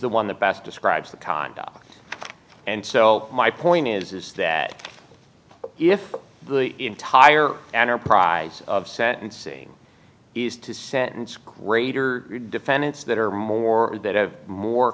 the one that best describes the conduct and so my point is that if the entire enterprise of sentencing is to sentence greater defendants that are more